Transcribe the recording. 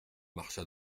marcha